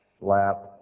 lap